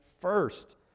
first